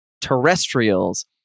terrestrials